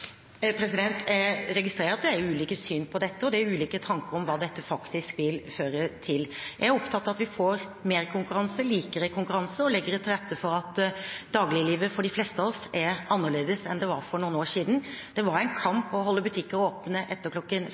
Jeg registrerer at det er ulike syn på dette, og det er ulike tanker om hva dette faktisk vil føre til. Jeg er opptatt av at vi får mer konkurranse, likere konkurranse og legger til rette for det at dagliglivet for de fleste av oss er annerledes enn det var for noen år siden. Det var en kamp å holde butikker åpne etter